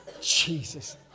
Jesus